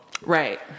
right